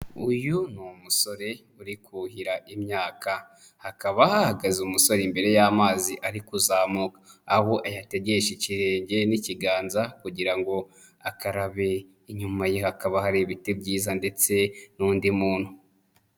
Uyu ni umusore uri kuhira imyaka. Hakaba hahagaze umusore imbere y'amazi ari kuzamuka, aho ayategesha ikirenge n'ikiganza kugira ngo akarabe, inyuma ye hakaba hari ibiti byiza ndetse n'undi muntu.